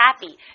happy